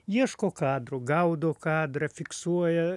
ieško kadrų gaudo kadrą fiksuoja